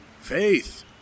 Faith